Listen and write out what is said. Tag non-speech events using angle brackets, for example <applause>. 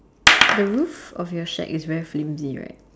<noise> the roof of your shack is very flimsy right